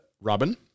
Robin